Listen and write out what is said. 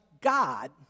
God